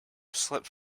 slipped